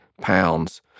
pounds